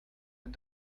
did